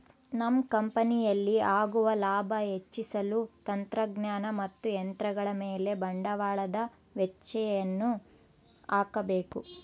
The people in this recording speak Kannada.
ನಮ್ಮ ಕಂಪನಿಯಲ್ಲಿ ಆಗುವ ಲಾಭ ಹೆಚ್ಚಿಸಲು ತಂತ್ರಜ್ಞಾನ ಮತ್ತು ಯಂತ್ರಗಳ ಮೇಲೆ ಬಂಡವಾಳದ ವೆಚ್ಚಯನ್ನು ಹಾಕಬೇಕು